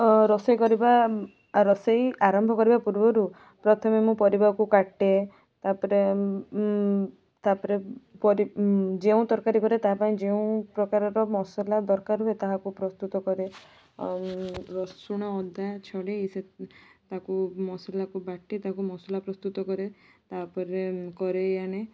ଓ ରୋଷେଇ କରିବା ଆଉ ରୋଷେଇ ଆରମ୍ଭ କରିବା ପୂର୍ବରୁ ପ୍ରଥମେ ମୁଁ ପରିବାକୁ କାଟେ ତା'ପରେ ତା'ପରେ ଯେଉଁ ତରକାରୀ କରେ ତା ପାଇଁ ଯେଉଁ ପ୍ରକାରର ମସଲା ଦରକାର ହୁଏ ତାହାକୁ ପ୍ରସ୍ତୁତ କରେ ରସୁଣ ଅଦା ଛଡ଼େଇ ତାକୁ ମସଲାକୁ ବାଟି ତାକୁ ମସଲା ପ୍ରସ୍ତୁତ କରେ ତା'ପରେ କଢ଼େଇ ଆଣେ